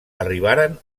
arribaren